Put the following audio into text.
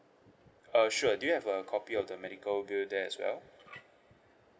uh sure do you have a copy of the medical bill there as well